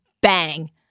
bang